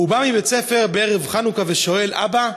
הוא בא מבית-הספר בערב חנוכה ושואל: אבא,